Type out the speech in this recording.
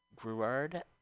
Gruard